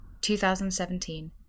2017